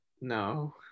No